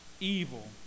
evil